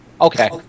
Okay